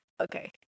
okay